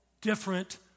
different